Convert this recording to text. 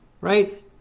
right